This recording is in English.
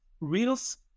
reels